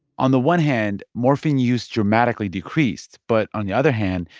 on the one hand, morphine use dramatically decreased. but on the other hand,